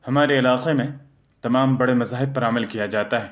ہمارے علاقے میں تمام بڑے مذاہب پر عمل کیا جاتا ہے